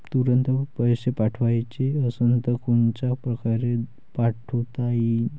तुरंत पैसे पाठवाचे असन तर कोनच्या परकारे पाठोता येईन?